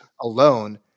alone